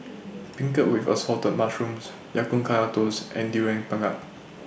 Beancurd with Assorted Mushrooms Ya Kun Kaya Toast and Durian Pengat